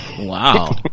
wow